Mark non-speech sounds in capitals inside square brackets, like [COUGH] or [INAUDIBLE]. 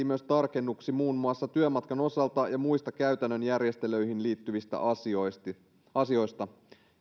[UNINTELLIGIBLE] myös tarkennuksia muun muassa työmatkan osalta ja muista käytännön järjestelyihin liittyvistä asioista asioista